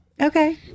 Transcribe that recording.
Okay